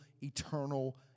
eternal